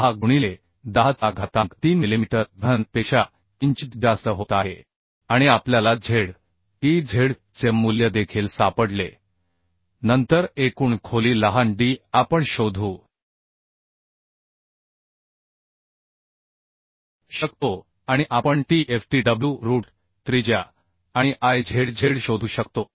16 गुणिले 10चा घातांक 3 मिलिमीटर घन आणि आपल्याला ZeZ चे मूल्य देखील सापडले नंतर एकूण खोली लहान d आपण शोधू शकतो आणि आपण tftw रूट त्रिज्या आणि Izz शोधू शकतो